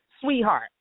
Sweetheart